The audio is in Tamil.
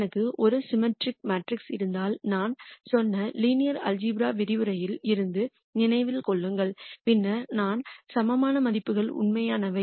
எனக்கு ஒரு சிமிட்டிரிக் மேட்ரிக்ஸ் இருந்தால் நான் சொன்ன லீனியர் அல்ஜிப்ரா விரிவுரையில் இருந்து நினைவில் கொள்ளுங்கள் பின்னர் நான் சமமான மதிப்புகள் உண்மையானவை